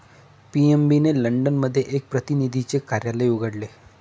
PNB ने London मध्ये एक प्रतिनिधीचे कार्यालय उघडले